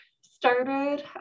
started